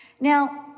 Now